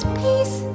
peace